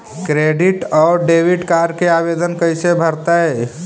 Credit और debit card के आवेदन कैसे भरैतैय?